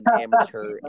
amateur